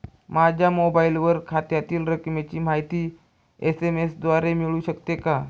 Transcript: माझ्या मोबाईलवर खात्यातील रकमेची माहिती एस.एम.एस द्वारे मिळू शकते का?